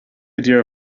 idea